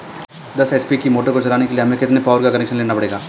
दस एच.पी की मोटर को चलाने के लिए हमें कितने पावर का कनेक्शन लेना पड़ेगा?